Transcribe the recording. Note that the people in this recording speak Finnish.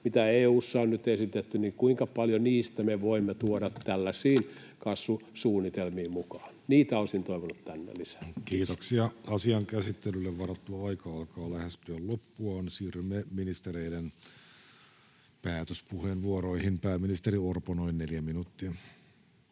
mitä EU:ssa on nyt esitetty, kuinka paljon niistä me voimme tuoda tällaisiin kasvusuunnitelmiin mukaan. Niitä olisin toivonut tänne lisää. Kiitoksia. — Asian käsittelylle varattu aika alkaa lähestyä loppuaan. Siirrymme ministereiden päätöspuheenvuoroihin. — Pääministeri Orpo, noin neljä minuuttia.